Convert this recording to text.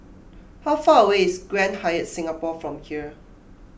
how far away is Grand Hyatt Singapore from here